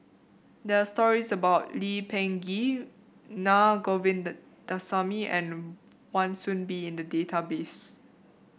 there are stories about Lee Peh Gee Naa and Wan Soon Bee in the database